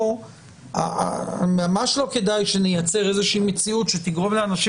כאן ממש לא כדאי שנייצר איזושהי מציאות שתגרום לאנשים